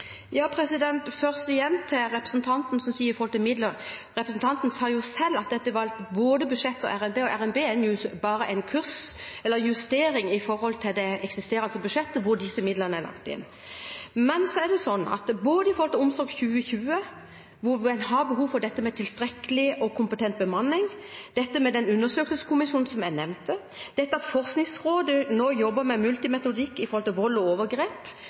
Først igjen til det representanten sier om midler: Representanten sa selv at dette var både budsjett og revidert nasjonalbudsjett, og revidert nasjonalbudsjett er jo bare en justering av det eksisterende budsjettet, der disse midlene er lagt inn. Men Omsorg 2020, hvor en har behov for tilstrekkelig og kompetent bemanning, den undersøkelseskommisjonen som jeg nevnte, at Forskningsrådet nå jobber med multimetodikk innenfor vold og overgrep,